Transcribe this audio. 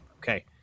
Okay